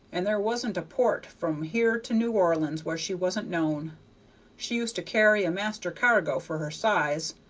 and there wasn't a port from here to new orleans where she wasn't known she used to carry a master cargo for her size,